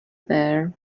there